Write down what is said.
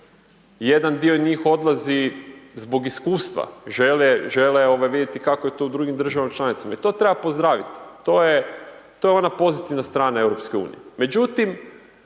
jedan dio njih odlazi zbog iskustva, žele, žele ovaj, vidjeti kako je to u drugim državama članicama. I to treba pozdraviti, to je ona pozitivna strana